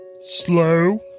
Slow